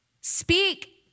Speak